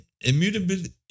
immutability